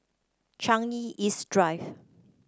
Changi East Drive